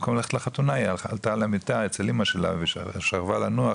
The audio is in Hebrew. במקום ללכת לחתונה היא עלתה למיטה אצל אמא שלה ושכבה לנוח,